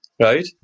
Right